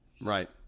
Right